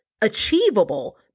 achievable